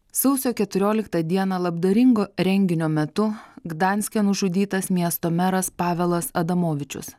sausio keturioliktą dieną labdaringo renginio metu gdanske nužudytas miesto meras pavelas adamovičius